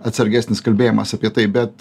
atsargesnis kalbėjimas apie tai bet